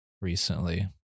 recently